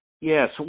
Yes